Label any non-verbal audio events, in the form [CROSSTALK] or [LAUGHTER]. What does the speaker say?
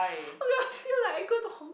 [BREATH] feel like I go to Hong